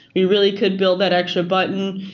we really could build that extra button.